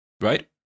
right